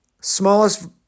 smallest